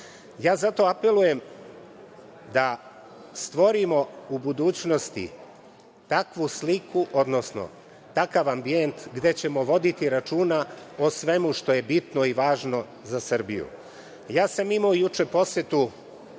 apelujem da stvorimo u budućnosti takvu sliku, odnosno takav ambijent gde ćemo voditi računa o svemu što je bitno i važno za Srbiju. Ja sam imao juče posetu